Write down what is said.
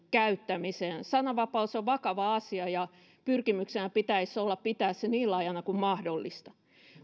käyttämiseen sananvapaus on vakava asia ja pyrkimyksenä pitäisi olla pitää se niin laajana kuin mahdollista